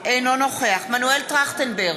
אינו נוכח מנואל טרכטנברג,